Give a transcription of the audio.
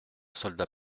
soldat